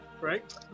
Right